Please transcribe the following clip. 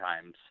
times